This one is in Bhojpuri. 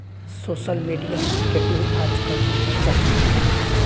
सोसल मिडिया मार्केटिंग आजकल ज्यादा चर्चा में बा